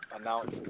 announce